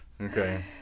Okay